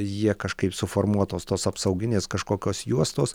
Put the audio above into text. jie kažkaip suformuotos tos apsauginės kažkokios juostos